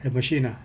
the machine ah